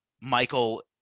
Michael